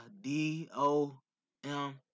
D-O-M